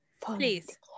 please